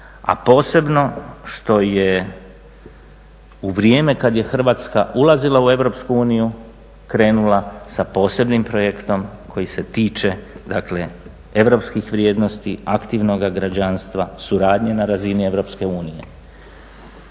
a posebno što je u vrijeme kad je Hrvatska ulazila u EU krenula sa posebnim projektom koji se tiče, dakle, europskih vrijednosti, aktivnoga građanstva, suradnje na razini EU.